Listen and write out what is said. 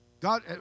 God